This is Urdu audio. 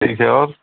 ٹھیک ہے اور